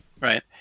Right